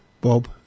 Bob